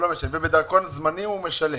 ועל דרכון זמני הוא משלם?